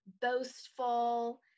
boastful